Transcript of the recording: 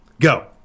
Go